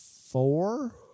four